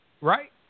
right